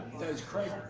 does craig?